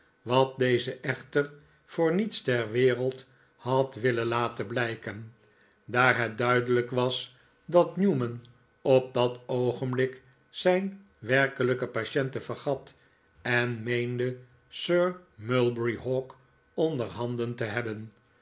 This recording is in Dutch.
wat deze echter voor niets ter wereld had willen laten blijken daar het duidelijk was dat newman op dat oogenblik zijn werkelijken patient vergat en meende sir mulberry hawk onderhanden te hebben